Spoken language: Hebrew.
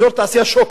אזור תעשייה שוקת,